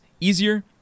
easier